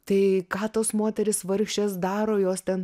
tai ką tos moterys vargšės daro jos ten